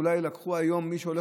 ואולי מי שהולך היום להפגין,